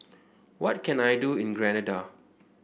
what can I do in Grenada